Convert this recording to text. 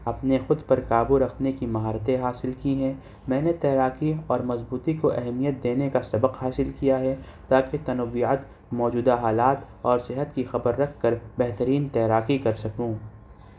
اپنے خود پر قابو رکھنے کی مہارتیں حاصل کی ہیں میں نے تیراکی پر مضبوطی کو اہمیت دینے کا سبق حاصل کیا ہے تاکہ تنوعت موجودہ حالات اور صحت کی خبر رکھ کر بہترین تیراکی کر سکوں